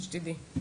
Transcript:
שתדעי.